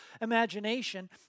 imagination